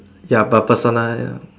ya per person right